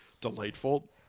delightful